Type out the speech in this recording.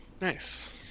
Nice